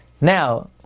Now